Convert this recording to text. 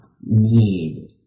need